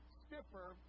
stiffer